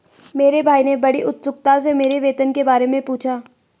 मेरे भाई ने बड़ी उत्सुकता से मेरी वेतन के बारे मे पूछा